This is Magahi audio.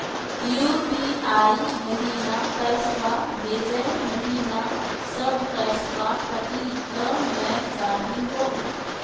यू.पी.आई महिना पैसवा भेजै महिना सब पैसवा कटी त नै जाही हो?